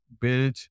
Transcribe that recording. build